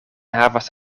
havas